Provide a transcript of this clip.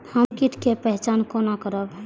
हम कीट के पहचान कोना करब?